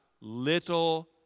little